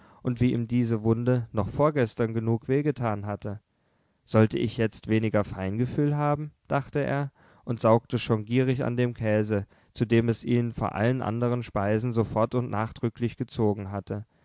und wie ihm diese wunde noch vorgestern genug weh getan hatte sollte ich jetzt weniger feingefühl haben dachte er und saugte schon gierig an dem käse zu dem es ihn vor allen anderen speisen sofort und nachdrücklich gezogen hatte